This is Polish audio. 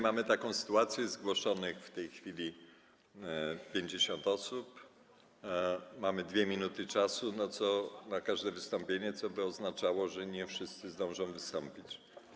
Mamy taką sytuację: zgłoszonych jest w tej chwili 50 osób, mamy 2 minuty na każde wystąpienie, co by oznaczało, że nie wszyscy zdążą wystąpić.